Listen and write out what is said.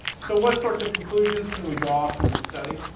so what sorts of conclusion can we draw from the study?